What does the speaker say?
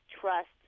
trust